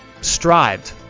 strived